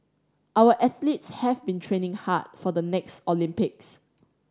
our athletes have been training hard for the next Olympics